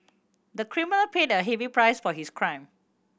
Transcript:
the criminal paid a heavy price for his crime